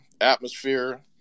atmosphere